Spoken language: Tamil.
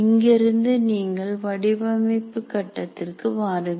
இங்கிருந்து நீங்கள் வடிவமைப்பு கட்டத்திற்கு வாருங்கள்